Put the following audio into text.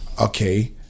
okay